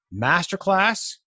masterclass